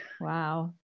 wow